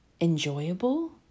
enjoyable